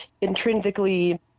intrinsically